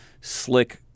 slick